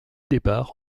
départs